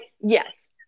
yes